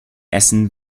essen